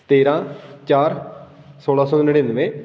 ਤੇਰਾਂ ਚਾਰ ਸੋਲਾਂ ਸੌ ਨੜ੍ਹਿਨਵੇਂ